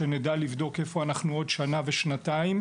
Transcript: שנדע לבדוק איפה אנחנו עוד שנה ושנתיים.